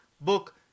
book